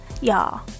Y'all